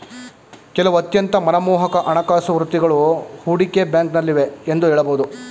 ಕೆಲವು ಅತ್ಯಂತ ಮನಮೋಹಕ ಹಣಕಾಸು ವೃತ್ತಿಗಳು ಹೂಡಿಕೆ ಬ್ಯಾಂಕ್ನಲ್ಲಿವೆ ಎಂದು ಹೇಳಬಹುದು